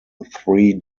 three